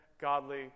godly